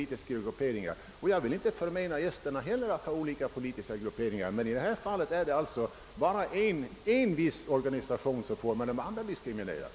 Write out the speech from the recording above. Inte heller jag vill förmena esterna att ha olika politiska grupperingar. I detta fall är det en organi sation som får bidrag medan de andra diskrimineras.